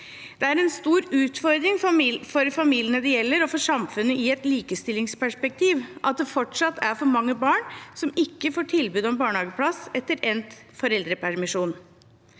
Det er en stor utfordring for familiene det gjelder, og for samfunnet i et likestillingsperspektiv, at det fortsatt er for mange barn som ikke får tilbud om barnehageplass etter endt foreldrepermisjon.